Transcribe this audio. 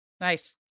Nice